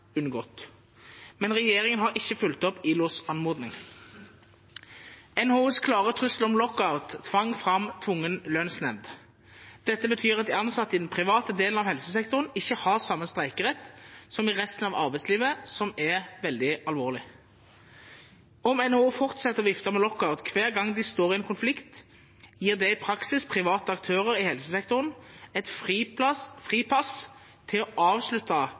unngått. Men regjeringen har ikke fulgt opp ILOs anmodning. NHOs klare trusler om lockout tvang fram tvungen lønnsnemnd. Dette betyr at de ansatte i den private delen av helsesektoren ikke har samme streikerett som i resten av arbeidslivet, noe som er veldig alvorlig. Om NHO fortsetter å vifte med lockout hver gang de står i en konflikt, gir det i praksis private aktører i helsesektoren et fripass til å avslutte